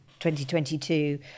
2022